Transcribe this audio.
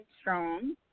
strong